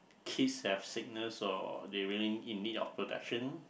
kids have sickness or they really in need of protection